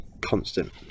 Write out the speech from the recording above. constant